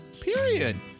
period